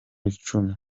icumi